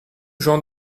jean